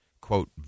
quote